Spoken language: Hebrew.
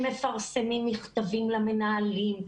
שמפרסמים מכתבים למנהלים,